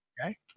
Okay